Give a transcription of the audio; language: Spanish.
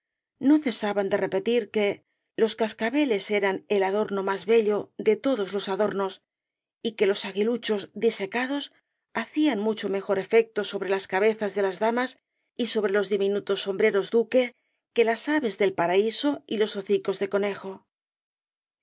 no cesaban de repetir que los cascabeles eran el adorno más bello de todos los adornos y que los aguiluchos disecados hacían mucho mejor efecto sobre las cabezas de las damas y sobre los dimimutos sombreros duque que las aves del paraíso y los hocicos de conejo